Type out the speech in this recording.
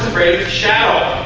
shower